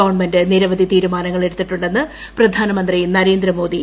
government നിരവധി തീരുമാനങ്ങൾ എടുത്തിട്ടുണ്ടെന്ന് പ്രധാനമന്ത്രി നരേന്ദ്രമോദി